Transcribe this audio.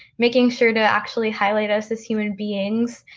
making sure to actually highlight us as human beings,